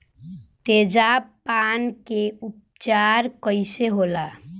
तेजाब पान के उपचार कईसे होला?